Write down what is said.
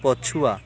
ପଛୁଆ